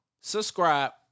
subscribe